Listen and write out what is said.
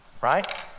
right